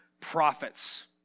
prophets